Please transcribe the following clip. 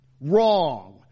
Wrong